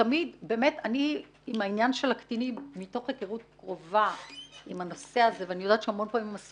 שלי יש היכרות קרובה עם הנושא של הקטינים,